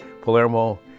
Palermo